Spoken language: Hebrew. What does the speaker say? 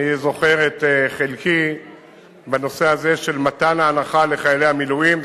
אני זוכר את חלקי בנושא הזה של מתן ההנחה לחיילי המילואים.